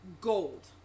gold